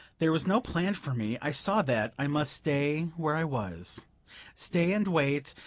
there was no plan for me i saw that i must stay where i was stay, and wait,